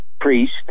priest